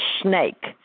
snake